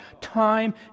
time